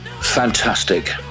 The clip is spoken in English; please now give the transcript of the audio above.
fantastic